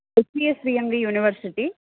H P S V M V university